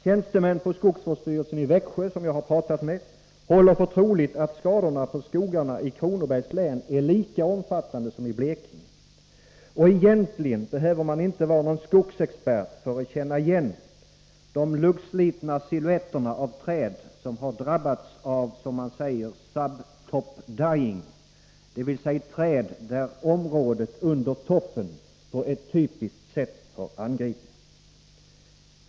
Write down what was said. Tjänstemän på skogsvårdsstyrelsen i Växjö, som jag talat med, håller för troligt att skadorna på skogarna i Kronobergs län är lika omfattande som i Blekinge. Egentligen behöver man inte vara någon skogsexpert för att känna igen den luggslitna silhuetten av träd som drabbats avs.k. sub top dying, dvs. träd där området under toppen på ett typiskt sätt angripits.